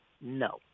No